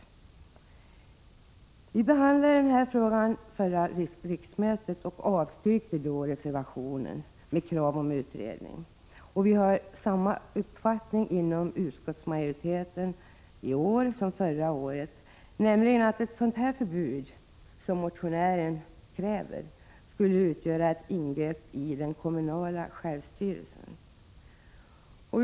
Utskottet behandlade den här frågan under förra riksmötet och avstyrkte då vpk-motionen med krav om utredning. Utskottet har samma uppfattning i år som förra året, nämligen att ett sådant förbud som motionären kräver skulle utgöra ett ingrepp i den kommunala självstyrelsen.